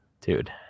Dude